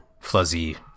fluzzy